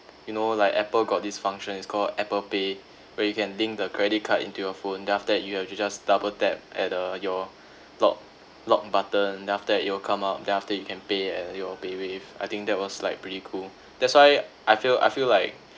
you know like apple got this function is called apple pay where you can link the credit card into your phone then after that you have to just double tap at the your lock lock button then after that it will come out then after you can pay at your paywave I think that was like pretty cool that's why I feel I feel like